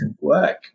work